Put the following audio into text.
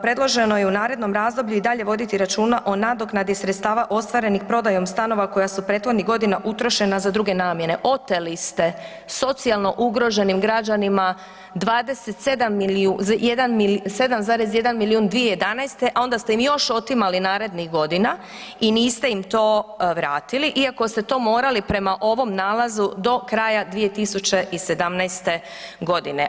Predloženo je u narednom razdoblju i dalje voditi računa o nadoknadi sredstava ostvarenih prodajom stanova koja su prethodnih godina utrošena za druge namjene.“ Oteli ste socijalno ugroženim građanima 27,1 milijun 2011., a onda ste im još otimali narednih godina i niste im to vratili iako ste morali prema ovom nalazu do kraja 2017. godine.